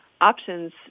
options